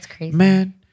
man